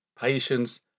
patience